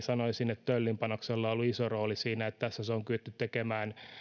sanoisin että töllin panoksella on ollut iso rooli siinä että tässä asiassa se on kyetty tekemään